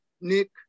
Nick